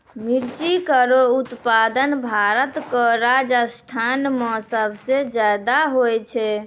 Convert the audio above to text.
मिर्ची केरो उत्पादन भारत क राजस्थान म सबसे जादा होय छै